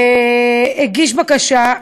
והגיש בקשה,